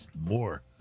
More